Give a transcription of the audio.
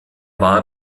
war